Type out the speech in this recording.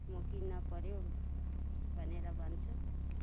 म किन्नपऱ्यो भनेर भन्छु